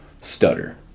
stutter